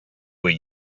were